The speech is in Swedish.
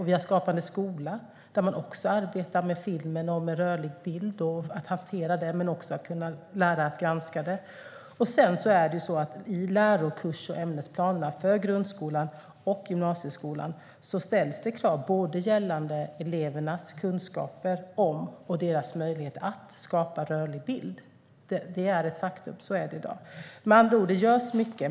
Vi har Skapande skola där man också arbetar med att lära barn och unga att hantera och granska film och rörlig bild. I lärokurser och ämnesplaner för grundskola och gymnasieskola ställs det krav gällande elevers kunskaper om och möjlighet att skapa rörlig bild. Med andra ord görs det mycket.